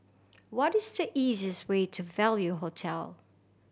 what is the easiest way to Value Hotel